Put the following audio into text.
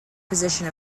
position